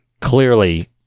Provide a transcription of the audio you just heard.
clearly